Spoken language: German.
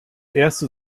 erste